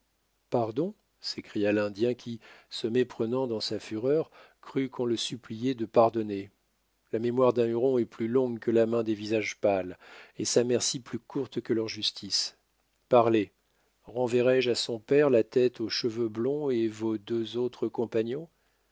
pardon s'écria l'indien qui se méprenant dans sa fureur crut qu'on le suppliait de pardonner la mémoire d'un huron est plus longue que la main des visages pâles et sa merci plus courte que leur justice parlez renverrai je à son père la tête aux cheveux blonds et vos deux autres compagnons